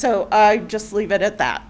so i just leave it at that